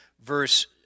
Verse